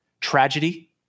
tragedy